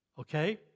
Okay